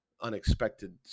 unexpected